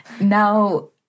Now